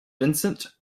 vincent